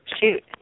Shoot